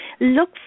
Look